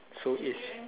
so is she